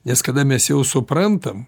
nes kada mes jau suprantam